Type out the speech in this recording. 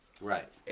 right